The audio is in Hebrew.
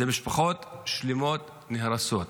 משפחות שלמות נהרסות,